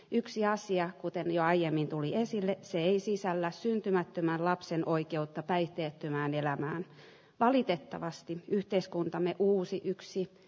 yksi asia kuten jo aiemmin tuli esille ei sisällä syntymättömän lapsen oikeutta päihteettömään elämään ja valitettavasti yhteiskuntamme kuusi yksi